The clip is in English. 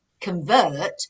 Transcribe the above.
convert